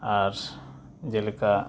ᱟᱨ ᱡᱮᱞᱮᱠᱟ